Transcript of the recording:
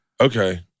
okay